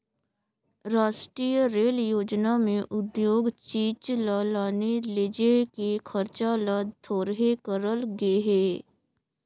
रास्टीय रेल योजना में उद्योग चीच ल लाने लेजे के खरचा ल थोरहें करल गे हे